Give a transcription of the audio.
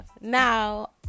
Now